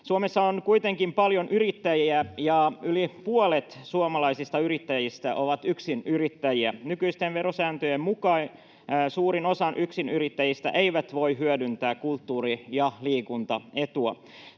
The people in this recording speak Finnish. Suomessa on kuitenkin paljon yrittäjiä, ja yli puolet suomalaisista yrittäjistä on yksinyrittäjiä. Nykyisten verosääntöjen mukaan suurin osa yksinyrittäjistä ei voi hyödyntää kulttuuri- ja liikuntaetua.